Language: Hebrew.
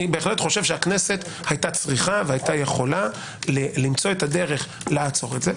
בהחלט חושב שהכנסת הייתה צריכה ויכולה למצוא את הדרך לעצור את זה.